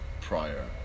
prior